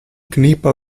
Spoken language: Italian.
cnipa